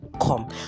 come